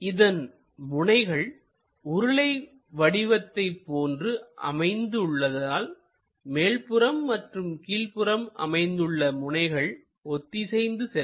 இதன் முனைகள் உருளை வடிவத்தை போன்று அமைந்து உள்ளதால் மேல்புறம் மற்றும் கீழ்புறம் அமைந்துள்ள முனைகள் ஒத்திசைந்து செல்லும்